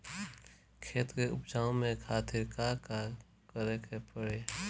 खेत के उपजाऊ के खातीर का का करेके परी?